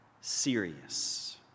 serious